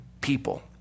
people